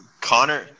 Connor